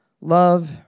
Love